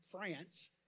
France